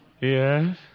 Yes